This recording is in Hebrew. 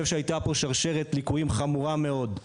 היתה פה שרשרת ליקויים חמורה מאוד.